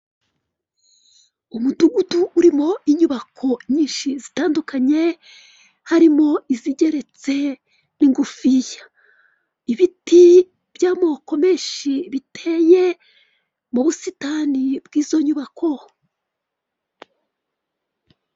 Umudugudu urimo inyubako nyinshi zitandukanye, harimo izigeretse n'ingufiya. Ibiti by'amoko menshi biteye mu busitani bw'izo nyubako.